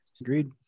Agreed